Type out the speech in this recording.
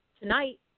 tonight